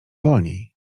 wolniej